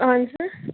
اَہن سا